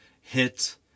hit